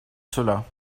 cela